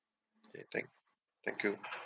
okay thank thank you